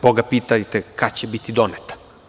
Boga pitajte kad će biti doneta.